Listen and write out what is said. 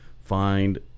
find